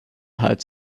had